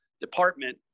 department